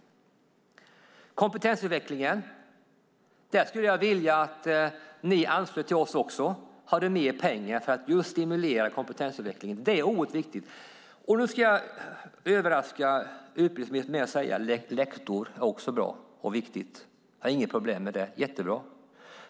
När det gäller kompetensutvecklingen skulle jag vilja att ni anslöt er till oss och hade mer pengar för att just stimulera kompetensutvecklingen. Det är oerhört viktigt. Jag ska överraska utbildningsministern med att säga att lektorer också är bra och viktigt. Jag har inget problem med det.